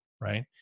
Right